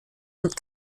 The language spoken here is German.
und